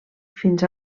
fins